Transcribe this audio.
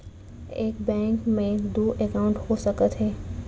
एक बैंक में दू एकाउंट हो सकत हे?